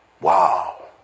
Wow